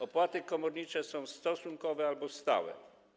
Opłaty komornicze są stosunkowe albo stałe.